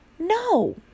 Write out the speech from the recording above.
No